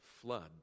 flood